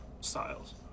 Styles